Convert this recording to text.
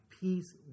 peace